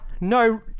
no